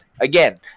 Again